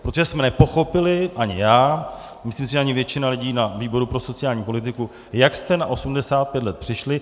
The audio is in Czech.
Protože jsme nepochopili, ani já a myslím ani většina lidí na výboru pro sociální politiku, jak jste na 85 let přišli.